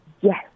yes